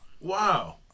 wow